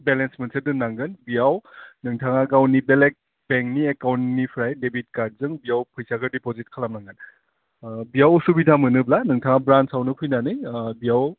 balance मोनसे दोन्नांगोन बियाव नोंथाङा गावनि बेलेक बेंकनि एकाउन्डनिफ्राय देबिद कार्दजों बेव फैसाखौ दिप'जिट खालामनांगोन बेव असुबिदा मोनोब्ला नोंथाङा ब्रान्सआवनो फैनानै बेव